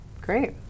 Great